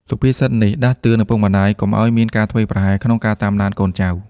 សុភាសិតនេះដាស់តឿនឪពុកម្ដាយកុំឱ្យមានការធ្វេសប្រហែសក្នុងការតាមដានកូនចៅ។